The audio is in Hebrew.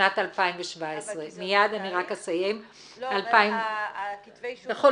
בשנת 2017. ב-2018,